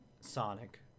Sonic